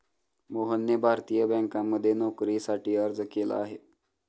मोहनने भारतीय बँकांमध्ये नोकरीसाठी अर्ज केला आहे